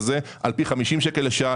על פי 50 שקל לשעה,